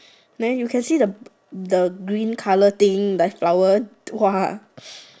eh you can see the the green colour thing like flower 花